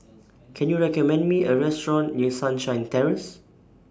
Can YOU recommend Me A Restaurant near Sunshine Terrace